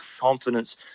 confidence